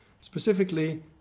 Specifically